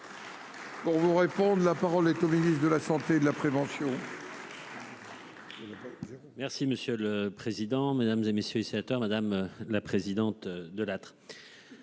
Pour vous répondre. La parole est au ministre de la Santé et de la prévention.